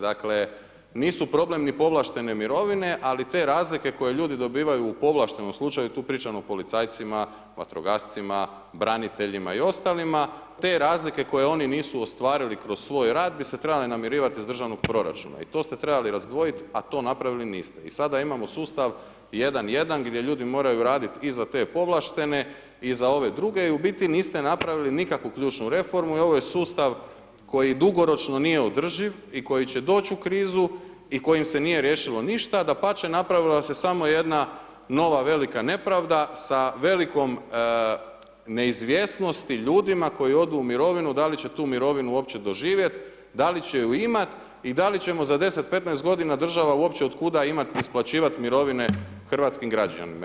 Dakle, nisu problem ni povlaštene mirovine ali te razlike koje ljudi dobivaju u povlaštenom slučaju tu pričam o policajcima, vatrogascima, braniteljima i ostalima te razlike koje oni nisu ostvarili kroz svoj rad bi se trebale namirivati iz državnog proračuna i to ste trebali razdvojiti a to napravili niste i sad sa imamo sustav 1-1 gdje ljudi moraju raditi i za te povlaštene i za ove druge i u biti niste napravili nikakvu ključnu reformu i ovo je sustav koji dugoročno nije održiv i koji će doći u krizu i kojim se nije riješilo ništa, dapače napravila se samo jedna nova velika nepravda sa velikom neizvjesnosti ljudima koji odu u mirovinu, da li će tu mirovinu uopće doživjeti, da li će ju imat i da li će za 10, 15 g. država uopće otkuda imati isplaćivati mirovine hrvatskim građanima.